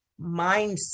mindset